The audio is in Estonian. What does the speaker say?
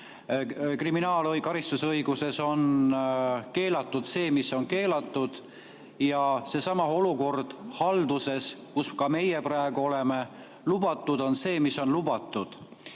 keelatud. Karistusõiguses on keelatud see, mis on keelatud. Ja seesama olukord halduses, kus ka meie praegu oleme: lubatud on see, mis on lubatud.